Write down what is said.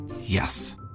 Yes